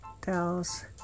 tells